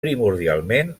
primordialment